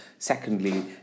Secondly